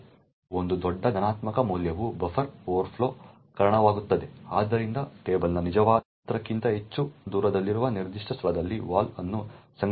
ಒಂದು ದೊಡ್ಡ ಧನಾತ್ಮಕ ಮೌಲ್ಯವು ಬಫರ್ ಓವರ್ಫ್ಲೋಗೆ ಕಾರಣವಾಗುತ್ತದೆ ಆದ್ದರಿಂದ ಟೇಬಲ್ನ ನಿಜವಾದ ಗಾತ್ರಕ್ಕಿಂತ ಹೆಚ್ಚು ದೂರದಲ್ಲಿರುವ ನಿರ್ದಿಷ್ಟ ಸ್ಥಳದಲ್ಲಿ ವಾಲ್ ಅನ್ನು ಸಂಗ್ರಹಿಸಬಹುದು